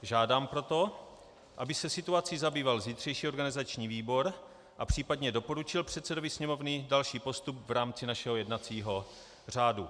Žádám proto, aby se situací zabýval zítřejší organizační výbor a případně doporučil předsedovi Sněmovny další postup v rámci našeho jednacího řádu.